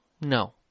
No